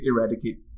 eradicate